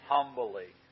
Humbly